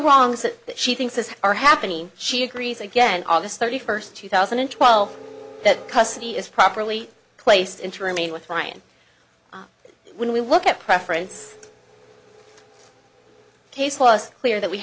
wrongs that she thinks is are happening she agrees again august thirty first two thousand and twelve that custody is properly placed in to remain with ryan when we look at preference caseless clear that we